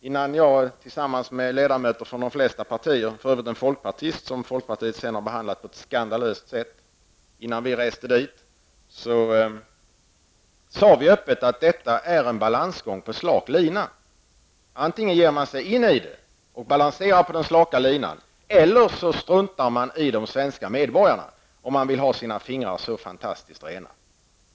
Innan jag tillsammans med representanter för de flesta övriga partier -- bl.a. en folkpartist som folkpartiet senare har behandlat på ett skandalöst sätt -- reste till Irak, sade jag och andra att detta var en balansgång på slak lina. Antingen balanserar man på den slaka linan eller också struntar man i de svenska medborgarna där nere, om man vill ha sina fingrar helt rena.